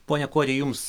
pone kuodi jums